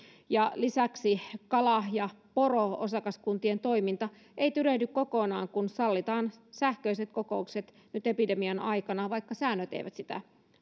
lisäksi kala ja poro osakaskuntien toiminta ei tyrehdy kokonaan kun sallitaan sähköiset kokoukset nyt epidemian aikana vaikka säännöt eivät sitä